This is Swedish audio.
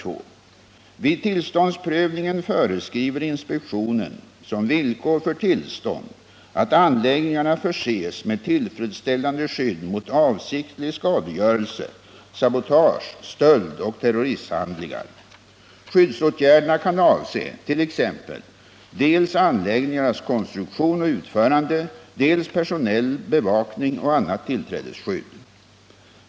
Vid tillståndsprövningen föreskriver inspektionen som villkor för tillstånd att anläggningarna förses med tillfredsställande skydd mot avsiktlig skadegörelse, sabotage, stöld och terroristhandlingar. Skyddsåtgärderna kan avse t.ex. dels anläggningarnas konstruktion och utförande, dels personell bevakning och annat tillträdesskydd.